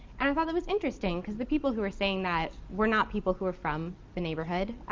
and i thought that was interesting, cause the people who were saying that were not people who were from the neighborhood.